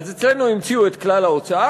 אז אצלנו המציאו את כלל ההוצאה,